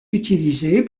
utilisée